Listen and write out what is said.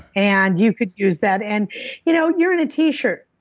and you could use that. and you know you're in a t-shirt.